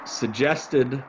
suggested